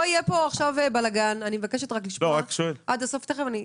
יהיה כאן עכשיו בלגן אני מבקשת לשמוע עד הסוף את דבריה